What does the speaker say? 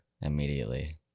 immediately